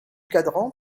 cadran